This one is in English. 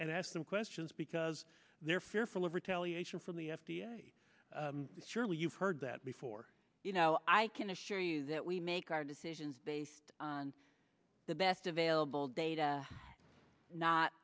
and ask them questions because they're fearful of retaliation from the f d a surely you've heard that before you know i can assure you that we make our decisions based on the best available data not